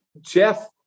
Jeff